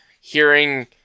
hearing